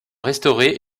restaurés